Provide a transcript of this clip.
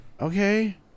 Okay